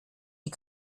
die